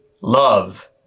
love